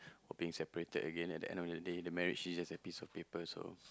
or being separated again in the end of the day the marriage is just a piece of paper so